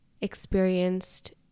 experienced